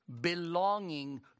belonging